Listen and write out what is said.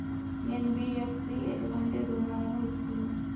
NBFC ఎటువంటి రుణాలను ఇస్తుంది?